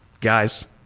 Guys